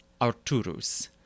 Arturus